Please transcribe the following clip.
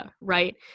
right